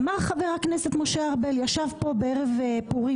אמר חבר הכנסת משה ארבל ישב פה בערב פורים,